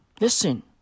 Listen